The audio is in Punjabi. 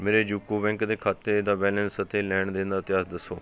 ਮੇਰੇ ਯੂਕੋ ਬੈਂਕ ਦੇ ਖਾਤੇ ਦਾ ਬੈਲੰਸ ਅਤੇ ਲੈਣ ਦੇਣ ਦਾ ਇਤਿਹਾਸ ਦੱਸੋ